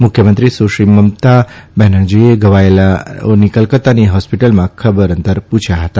મુખ્યમંત્રી સુશ્રી મમતા બેનરજીએ ઘવાયેલાઓની કોલકાતાની હોસ્પીટલમાં ખબર પૂછી હતી